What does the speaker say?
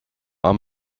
our